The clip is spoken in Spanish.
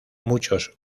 muchos